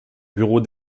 bureau